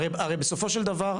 הרי בסופו של דבר,